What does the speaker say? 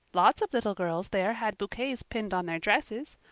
lots of little girls there had bouquets pinned on their dresses.